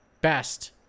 Best